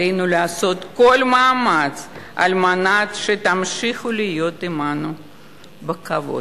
עלינו לעשות כל מאמץ כדי שתמשיכו לחיות עמנו בכבוד.